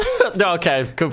okay